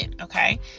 okay